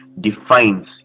defines